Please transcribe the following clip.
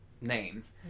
names